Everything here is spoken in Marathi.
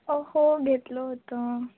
हो घेतलं होतं